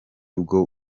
bwo